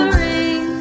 ring